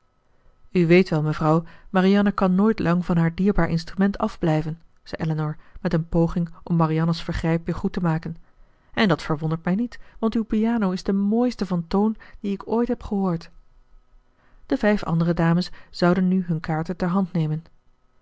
u weet wel mevrouw marianne kan nooit lang van haar dierbaar instrument afblijven zei elinor met een poging om marianne's vergrijp weer goed te maken en dat verwondert mij niet want uw piano is de mooiste van toon die ik ooit heb gehoord de vijf andere dames zouden nu hun kaarten ter hand nemen